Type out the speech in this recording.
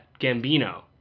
Gambino